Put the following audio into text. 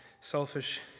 selfish